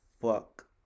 fuck